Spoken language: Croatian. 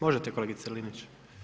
Možete kolegice Linić.